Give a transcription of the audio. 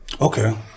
okay